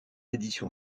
édition